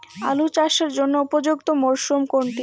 আলু চাষের জন্য উপযুক্ত মরশুম কোনটি?